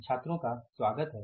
छात्रों का स्वागत है